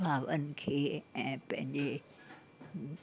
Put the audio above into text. भावनि खे ऐं पंहिंजे